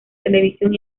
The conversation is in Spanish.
televisión